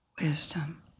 wisdom